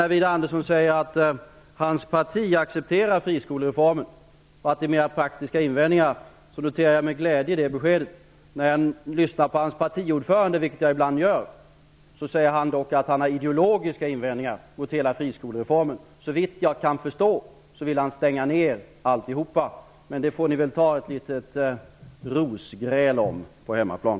När Widar Andersson säger att hans parti accepterar friskolereformen och att man har enbart praktiska invändningar, noterar jag det med glädje. Hans partiordförande, som jag ibland lyssnar till, säger dock att han har ideologiska invändningar mot hela friskolereformen. Såvitt jag kan förstå vill han stänga alltihop. Men det får ni väl ta ett brorsgräl om på hemmaplan.